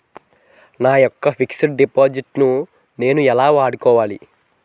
నా యెక్క fixed deposit ను నేను ఎలా వాడుకోవాలి?